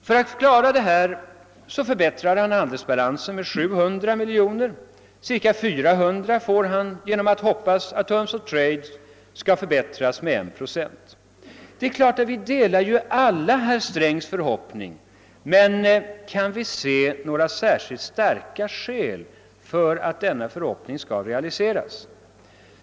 För att klara detta förbättrar han handelsbalansen med 700 miljoner kronor, och cirka 400 miljoner får han genom att hoppas att terms of trade skall förbättras med 1 procent. Vi delar givetvis alla denna herr Strängs förhoppning, men finns det några särskilt starka skäl för att förhoppningarna skall kunna realiseras?